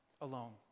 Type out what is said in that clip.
alone